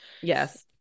yes